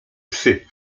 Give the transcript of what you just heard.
psy